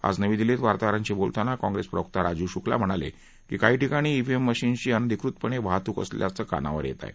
आज नवी दिल्ली इथं वार्ताहरांशी बोलताना काँग्रेस प्रवक्ता राजीव शुक्ला म्हणाले की काही ठिकाणी ईव्हीएम मशीन्सची अनाधिकृतपणे वाहतूक होत असल्याचं कानावर येत आहे